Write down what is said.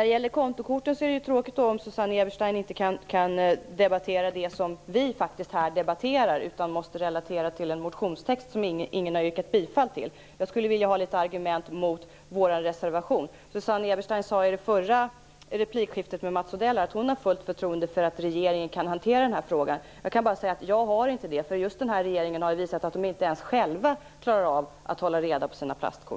det gäller kontokorten är det ju tråkigt om Susanne Eberstein inte kan debattera det som vi faktiskt här debatterar utan måste relatera till en motionstext som ingen har yrkat bifall till. Jag skulle vilja ha något argument mot vår reservation. Susanne Eberstein sade ju i förra replikskiftet, med Mats Odell, att hon har fullt förtroende för att regeringen kan hantera den här frågan. Jag kan bara säga att jag inte har det. Just den här regeringen har ju visat att de inte ens själva klarar av att hålla reda på sina plastkort.